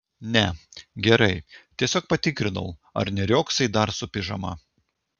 ne gerai tiesiog patikrinau ar neriogsai dar su pižama